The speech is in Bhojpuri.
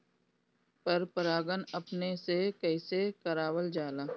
पर परागण अपने से कइसे करावल जाला?